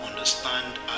understand